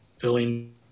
filling